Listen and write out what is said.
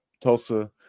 Tulsa